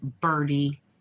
birdie